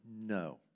No